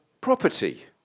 property